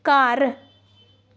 ਘਰ